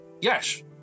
Yes